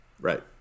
right